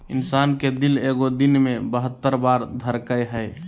इंसान के दिल एगो दिन मे बहत्तर बार धरकय हइ